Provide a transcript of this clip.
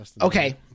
Okay